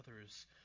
others